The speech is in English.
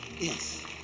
yes